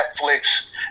Netflix